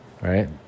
right